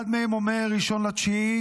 אחד מהם אומר: 1 בספטמבר,